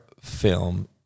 film